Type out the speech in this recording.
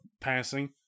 passing